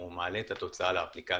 הוא מעלה את התוצאה לאפליקציה.